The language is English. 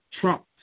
Trump